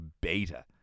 beta